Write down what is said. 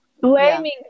blaming